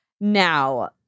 Now